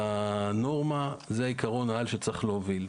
בנורמה, זה עיקרון העל שצריך להוביל.